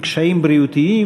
עם קשיים בריאותיים,